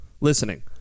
Listening